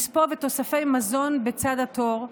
מספוא ותוספי מזון בצד התור.